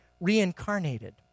reincarnated